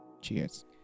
Cheers